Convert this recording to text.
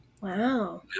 Wow